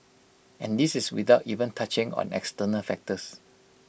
and this is without even touching on external factors